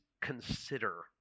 consider